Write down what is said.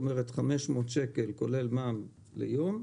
כלומר 500 שקל כולל מע"מ ליום,